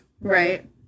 Right